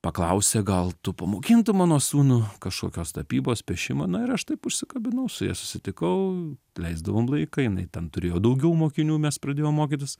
paklausė gal tu pamokintum mano sūnų kažkokios tapybos piešimo na ir aš taip užsikabinau su ja susitikau leisdavom laiką jinai ten turėjo daugiau mokinių mes pradėjom mokytis